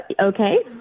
okay